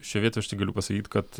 šioj vietoj aš tik galiu pasakyt kad